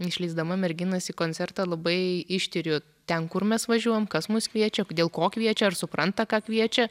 išleisdama merginas į koncertą labai ištiriu ten kur mes važiuojam kas mus kviečia dėl ko kviečia ar supranta ką kviečia